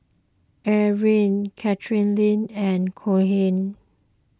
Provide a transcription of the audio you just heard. Erling Katheryn and Cohen